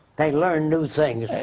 they learn new things,